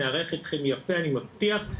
נארח אתכם יפה, אני מבטיח.